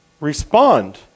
respond